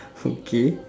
okay